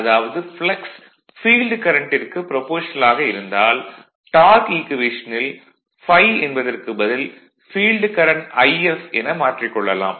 அதாவது flux field கரண்டிற்கு proportional ஆக இருந்தால் டார்க் ஈக்குவேஷனில் ∅ என்பதற்கு பதில் ஃபீல்டு கரண்ட் If என மாற்றிக் கொள்ளலாம்